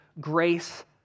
grace